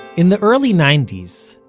in the early nineties,